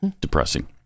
Depressing